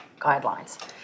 guidelines